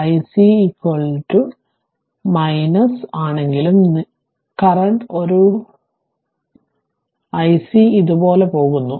ic negative ആണെങ്കിലും നിലവിലെ ഒരു ic ഇതുപോലെ പോകുന്നു